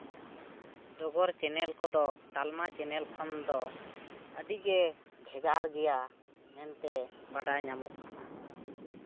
ᱰᱚᱜᱚᱨ ᱪᱮᱱᱮᱞ ᱠᱚᱫᱚ ᱛᱟᱞᱢᱟ ᱪᱮᱱᱮᱞ ᱠᱷᱚᱱᱫᱚ ᱟᱹᱰᱤᱜᱮ ᱵᱷᱮᱜᱟᱨ ᱜᱮᱭᱟ ᱢᱮᱱᱛᱮ ᱵᱟᱰᱟᱭ ᱧᱟᱢᱚᱜ ᱠᱟᱱᱟ